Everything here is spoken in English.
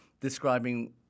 describing